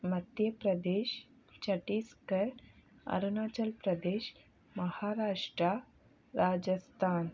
Madhya Pradesh Chhattisgarh Arunachal Pradesh Maharashtra Rajasthan